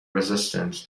resistant